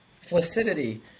Flaccidity